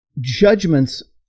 judgments